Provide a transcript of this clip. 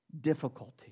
difficulty